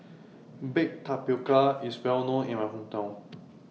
Baked Tapioca IS Well known in My Hometown